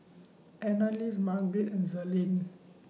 Annalise Marget and